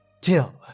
till